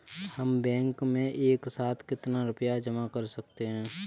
हम बैंक में एक साथ कितना रुपया जमा कर सकते हैं?